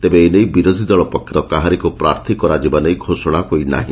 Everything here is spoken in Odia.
ତେବେ ଏ ନେଇ ବିରୋଧୀ ଦଳ ପକ୍ଷରୁ ଏ ପର୍ଯ୍ୟନ୍ତ କାହାରିକୁ ପ୍ରାର୍ଥୀ କରାଯିବା ନେଇ ଘୋଷଣା ହୋଇନାହି